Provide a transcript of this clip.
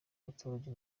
abaturage